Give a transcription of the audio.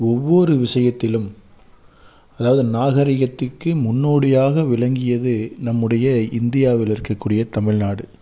ஒவ்வொரு விஷயத்திலும் அதாவது நாகரீகத்துக்கு முன்னோடியாக விளங்கியது நம்முடைய இந்தியாவில இருக்க கூடிய தமிழ்நாடு